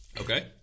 Okay